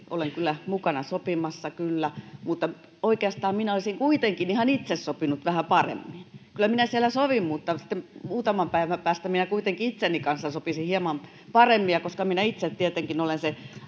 olen kyllä mukana sopimassa kyllä mutta oikeastaan minä olisin kuitenkin ihan itse sopinut vähän paremmin että kyllä minä siellä sovin mutta sitten muutaman päivän päästä minä kuitenkin itseni kanssa sopisin hieman paremmin ja koska minä itse tietenkin olen se